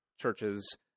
churches